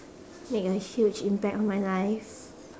made a huge impact on my life